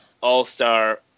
all-star